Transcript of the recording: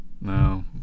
no